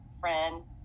friends